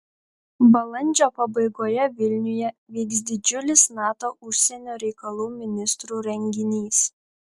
balandžio pabaigoje vilniuje vyks didžiulis nato užsienio reikalų ministrų renginys